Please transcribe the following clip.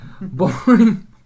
Boring